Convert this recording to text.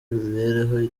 imibereho